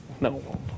No